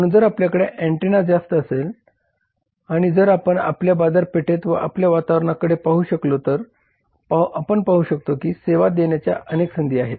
म्हणून जर आपल्याकडे अँटेना जास्त असेल आणि जर आपण आपल्या बाजारपेठेत व आपल्या वातावरणाकडे पाहू शकलो तर आपण पाहू शकतो की सेवा देण्याच्या अनेक संधी आहेत